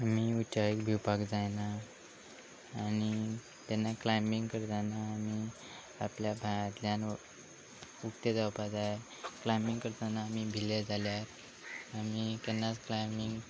आमी उंचायेक भिवपाक जायना आनी तेन्ना क्लायमींग करता तेन्ना आमी आपल्या भंयांतल्यान व उक्ते जावपा जाय क्लायमींग करतना आमी भिले जाल्यार आमी केन्नाच क्लायमींग